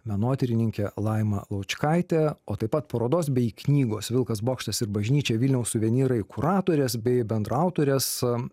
menotyrininkė laima laučkaitė o taip pat parodos bei knygos vilkas bokštas ir bažnyčia vilniaus suvenyrai kuratorės bei bendraautorės